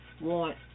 want